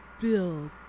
Bill